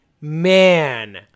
man